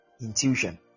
Intuition